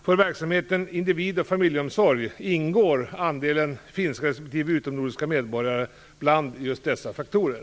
För verksamheten Individ och familjeomsorg ingår andelen finska respektive utomnordiska medborgare i just dessa faktorer.